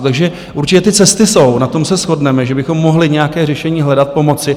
Takže určitě ty cesty jsou, na tom se shodneme, že bychom mohli nějaké řešení hledat, pomoci.